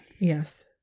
Yes